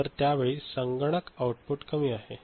तर त्यावेळी संगणक आउटपुट कमी आहे